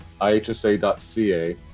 ihsa.ca